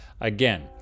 again